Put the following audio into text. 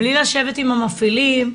בלי לשבת עם המפעילים.